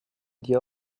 dir